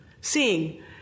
seeing